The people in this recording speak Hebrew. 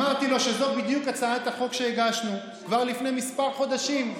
אמרתי לו שזו בדיוק הצעת החוק שהגשנו כבר לפני כמה חודשים,